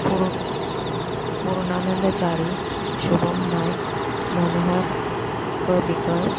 पोर पुर्णानंद चारी शुभम नायक मनोहर पर्रेकर